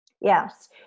Yes